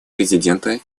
президента